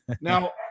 Now